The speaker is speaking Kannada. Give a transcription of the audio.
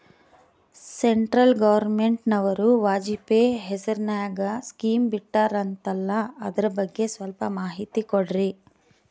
ಸೆಂಟ್ರಲ್ ಗವರ್ನಮೆಂಟನವರು ವಾಜಪೇಯಿ ಹೇಸಿರಿನಾಗ್ಯಾ ಸ್ಕಿಮ್ ಬಿಟ್ಟಾರಂತಲ್ಲ ಅದರ ಬಗ್ಗೆ ಸ್ವಲ್ಪ ಮಾಹಿತಿ ಕೊಡ್ರಿ?